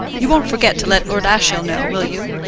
you won't forget to let lord ashiel know, will you?